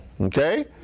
okay